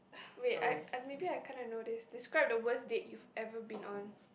wait I I maybe I kind of know this describe the worst date you've ever been on